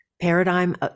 paradigm